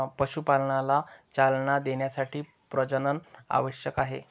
पशुपालनाला चालना देण्यासाठी प्रजनन आवश्यक आहे